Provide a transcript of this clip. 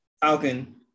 Falcon